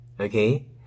Okay